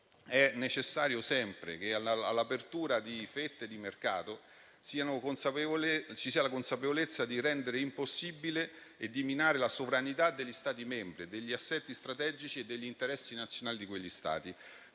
necessario che all'apertura di fette di mercato ci sia la consapevolezza di rendere impossibile e di minare la sovranità degli Stati membri e degli assetti strategici e degli interessi nazionali di quegli Stati.